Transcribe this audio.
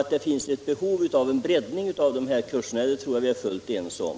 Att = farliga lösningsme det finns ett behov av dessa kurser tror jag vi är fullt eniga om.